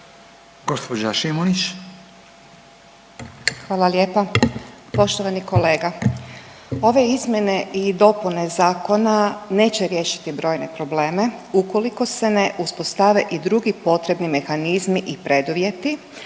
Irena (Nezavisni)** Hvala lijepa. Poštovani kolega, ove izmjene i dopune zakona neće riješiti brojne probleme ukoliko se ne uspostave i drugi potrebni mehanizmi i preduvjeti,